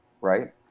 right